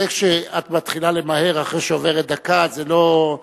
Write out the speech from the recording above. זה שאת מתחילה למהר אחרי שעוברת דקה זה לא,